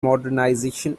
modernization